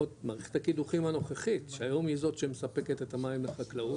מערכת הקידוחים הנוכחית שהיום היא זאת שמספקת את המים לחקלאות,